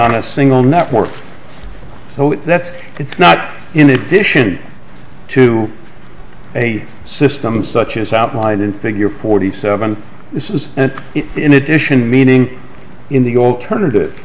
on a single network oh and if it's not in addition to a system such as outlined in figure forty seven this is an in addition meaning in the alternative